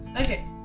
Okay